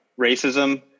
racism